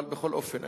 אבל בכל אופן,